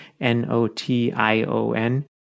N-O-T-I-O-N